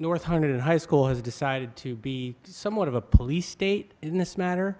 north hundred high school has decided to be somewhat of a police state in this matter